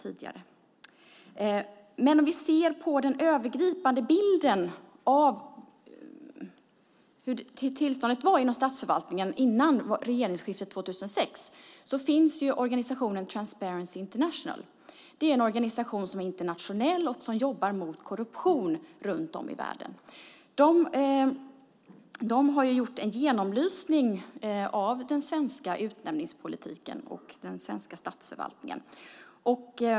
Vi kan se på den övergripande bilden av tillståndet inom statsförvaltningen före regeringsskiftet 2006. Det finns en organisation som heter Transparency International. Det är en organisation som är internationell och som jobbar mot korruption runt om i världen. Man har gjort en genomlysning av den svenska utnämningspolitiken och den svenska statsförvaltningen.